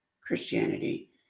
Christianity